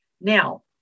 Now